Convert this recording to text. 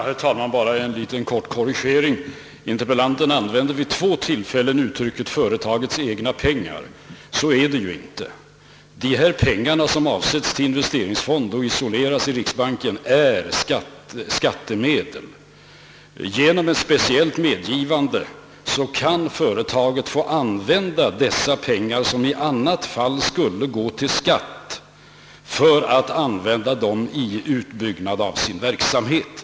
Herr talman! Bara en kort korrigering. Den ärade interpellanten använde vid två tillfällen uttrycket »företagets egna pengar». Så är det nu inte. De pengar som avsättes i investeringsfonder och isoleras i riksbanken är skattemedel. Efter speciellt medgivande kan företagen få använda de pengarna, som annars skulle gå till skatt, för att bygga ut sin verksamhet.